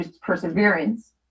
perseverance